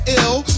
ill